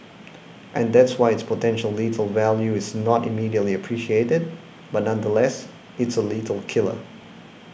and that's why its potential lethal value is not immediately appreciated but nonetheless it's a lethal killer